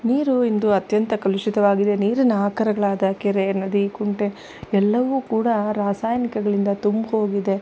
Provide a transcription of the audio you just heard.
ನೀರು ಇಂದು ಅತ್ಯಂತ ಕಲುಷಿತವಾಗಿದೆ ನೀರಿನ ಆಕರಗಳಾದ ಕೆರೆ ನದಿ ಕುಂಟೆ ಎಲ್ಲವೂ ಕೂಡ ರಾಸಾಯನಿಕಗಳಿಂದ ತುಂಬಿ ಹೋಗಿದೆ